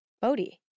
Bodhi